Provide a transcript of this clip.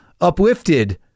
uplifted